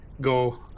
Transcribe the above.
go